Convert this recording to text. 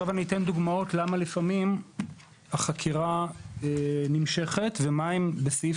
אני אתן דוגמאות למה לפעמים החקירה נמשכת ומהן בסעיף